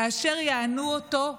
כאשר יענו אותו,